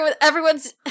Everyone's